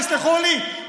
תסלחו לי,